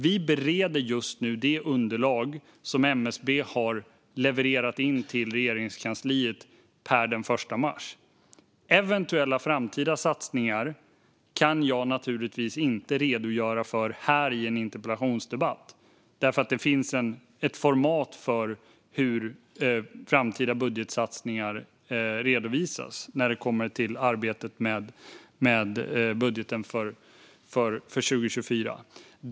Vi bereder just nu det underlag som MSB har levererat in till Regeringskansliet per den 1 mars. Eventuella framtida satsningar kan jag naturligtvis inte redogöra för här i en interpellationsdebatt, för det finns ett format för hur framtida budgetsatsningar redovisas när det kommer till arbetet med budgeten för 2024.